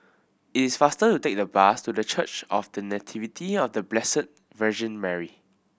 it is faster to take the bus to The Church of The Nativity of The Blessed Virgin Mary